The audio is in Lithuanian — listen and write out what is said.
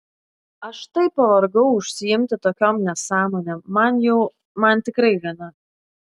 aš taip pavargau užsiimti tokiom nesąmonėm man jau man tikrai gana